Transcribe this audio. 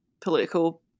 political